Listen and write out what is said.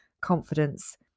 confidence